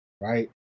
right